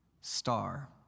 star